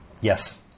Yes